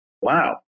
wow